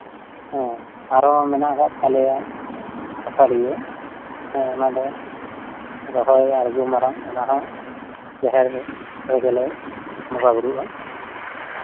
ᱦᱮᱸ ᱟᱨᱚ ᱢᱮᱱᱟᱜ ᱠᱟᱜ ᱛᱟᱞᱮᱭᱟ ᱟᱥᱟᱲᱤᱭᱟᱹ ᱚᱱᱟ ᱦᱚᱸ ᱨᱚᱦᱚᱭ ᱟᱬᱜᱚ ᱢᱟᱲᱟᱝ ᱚᱱᱟᱦᱚᱸ ᱡᱟᱸᱦᱮᱨ ᱨᱮᱜᱮᱞᱮ ᱵᱚᱸᱜᱟ ᱵᱳᱨᱳᱜᱼᱟ